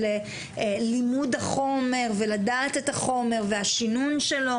וללימוד החומר ולדעת את החומר והשינון שלו